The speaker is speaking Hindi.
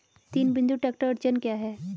तीन बिंदु ट्रैक्टर अड़चन क्या है?